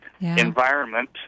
environment